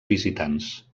visitants